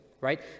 right